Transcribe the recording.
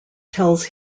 tells